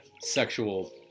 sexual